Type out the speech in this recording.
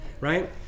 right